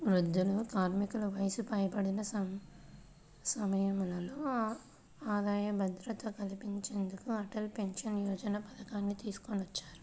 వృద్ధులు, కార్మికులకు వయసు పైబడిన సమయంలో ఆదాయ భద్రత కల్పించేందుకు అటల్ పెన్షన్ యోజన పథకాన్ని తీసుకొచ్చారు